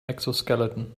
exoskeleton